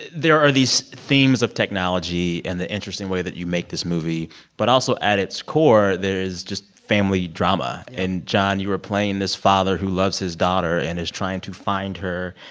there are these themes of technology and the interesting way that you make this movie but also, at its core, there is just family drama. and john, you were playing this father who loves his daughter and is trying to find her.